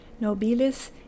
Nobilis